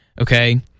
Okay